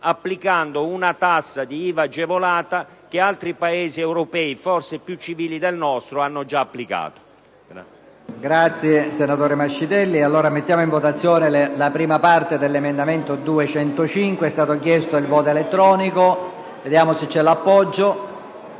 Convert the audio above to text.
applicando quella misura di IVA agevolata, che altri Paesi europei, forse più civili del nostro, hanno già applicato.